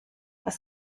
das